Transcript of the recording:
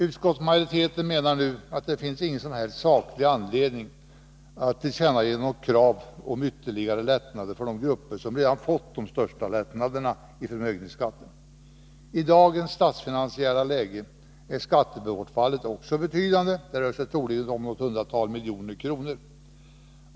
Utskottsmajoriteten menar nu att det inte finns någon som helst saklig anledning att tillkännage något krav om ytterligare lättnader för de grupper Nr 113 som redan har fått den största lättnaden i förmögenhetsskatten. I dagens Torsdagen den statsfinansiella läge är skattebortfallet också betydande. Det rör sig troligen 7 april 1983 om något hundratal miljoner kronor.